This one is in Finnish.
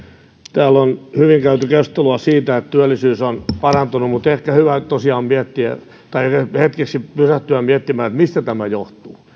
täällä on hyvin käyty keskustelua siitä että työllisyys on parantunut mutta ehkä on tosiaan hyvä hetkeksi pysähtyä miettimään mistä tämä johtuu